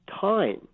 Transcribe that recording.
time